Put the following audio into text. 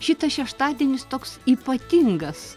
šitas šeštadienis toks ypatingas